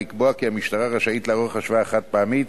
לקבוע כי המשטרה רשאית לערוך השוואה חד-פעמית